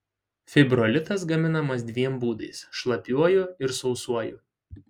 fibrolitas gaminamas dviem būdais šlapiuoju ir sausuoju